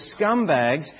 scumbags